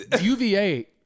UVA